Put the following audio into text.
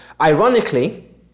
Ironically